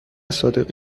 صادقی